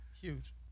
Huge